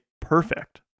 perfect